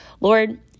Lord